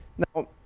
now